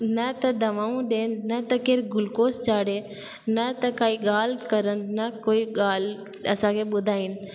न त दवाऊं ॾियनि न त केरु गुलूकोस चाढ़े न त काई ॻाल्हि कनि न कोई ॻाल्हि असांखे ॿुधाइनि